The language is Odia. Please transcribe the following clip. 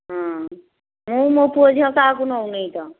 ହଁ ମୁଁ ମୋ ପୁଅ ଝିଅ କାହାକୁ ନେଉ ନାହିଁ ତ